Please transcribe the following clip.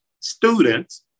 students